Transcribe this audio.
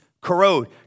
corrode